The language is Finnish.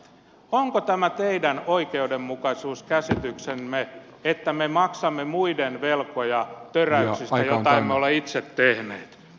onko tämä teidän oikeudenmukaisuuskäsityksenne mukaista että me maksamme muiden velkoja töräyksistä joita emme ole itse tehneet